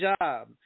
job